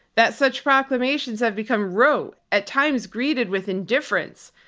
that such proclamations have become rote, at times greeted with indifference,